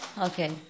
Okay